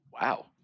Wow